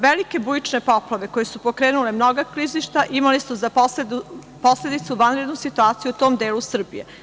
Velike bujične poplave koje su pokrenule mnoga klizišta imale su za posledicu vanrednu situaciju u tom delu Srbije.